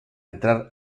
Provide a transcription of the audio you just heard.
entrar